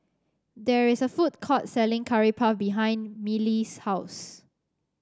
there is a food court selling Curry Puff behind Mellie's house